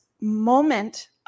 moment